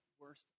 worst